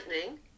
Lightning